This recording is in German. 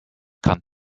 kann